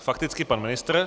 Fakticky pan ministr.